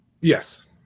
yes